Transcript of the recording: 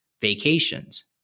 vacations